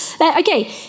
Okay